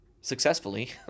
successfully